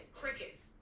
crickets